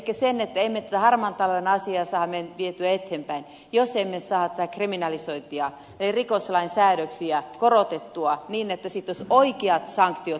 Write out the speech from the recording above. elikkä se että emme tätä harmaan talouden asiaa saa vietyä eteenpäin jos emme saa tätä kriminalisointia eli rikoslain säädöksiä korotettua niin että sitten olisi oikeat sanktiot rikollisille